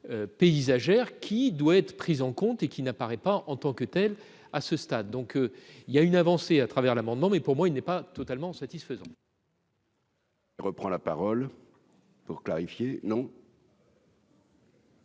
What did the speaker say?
paysagère qui doit être prise en compte et qui n'apparaît pas en tant que telle, à ce stade, donc il y a une avancée à travers l'amendement, mais pour moi il n'est pas totalement satisfaisant. Il reprend la parole. Pour clarifier non.